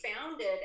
founded